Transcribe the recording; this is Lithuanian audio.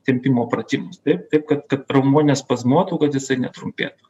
tempimo pratimus taip taip kad kad raumuo nespazmuotų kad jisai netrumpėtų